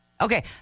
Okay